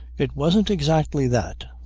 it wasn't exactly that.